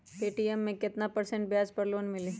Paytm मे केतना percent ब्याज पर लोन मिली?